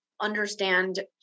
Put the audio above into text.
understand